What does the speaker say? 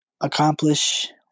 accomplish